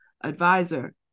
advisor